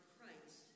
Christ